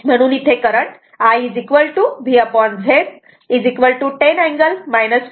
म्हणून इथे current I V Z 10 angle 53